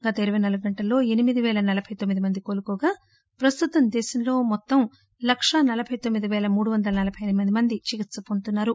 గత ఇరవై నాలుగు గంటల్లో ఎనిమిది పేల నలబై తొమ్మిది మంది కోలుకోగా ప్రస్తుతం దేశం మొత్తంలో లకా నలబై తొమ్మిది పేల మూడు వందల నలబై ఎనిమిది మంది చికిత్స పొందుతున్నారు